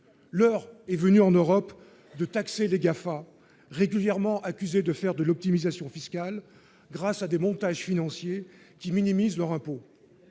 l'heure est venue en Europe de taxer les GAFA régulièrement accusée de faire de l'optimisation fiscale grâce à des montages financiers qui minimisent leur impôt,